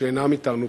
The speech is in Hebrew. שאינם אתנו פה.